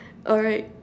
alright